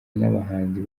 n’abahanzi